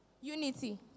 unity